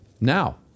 Now